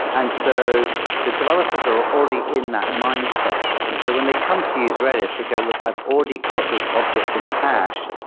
and so the developers are already in that mindset. and so when they come to use redis, they're go, look, i've already got this object in a hash.